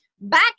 back